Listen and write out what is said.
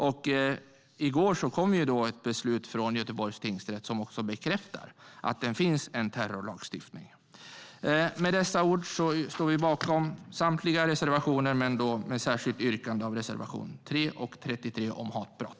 I går kom ett beslut från Göteborgs tingsrätt som också bekräftar att det finns en terrorlagstiftning. Med dessa ord står vi bakom samtliga reservationer, men yrkar bifall särskilt till reservation 3 och 33 om hatbrott.